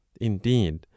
indeed